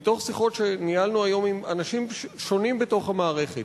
מתוך שיחות שניהלנו היום עם אנשים שונים בתוך המערכת,